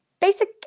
basic